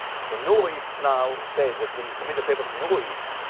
so neurips now say that when you submit a paper to neurips,